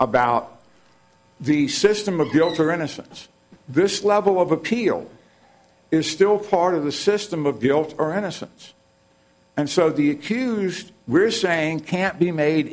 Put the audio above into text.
about the system of guilt or innocence this level of appeal is still part of the system of guilt or innocence and so the accused we're saying can't be made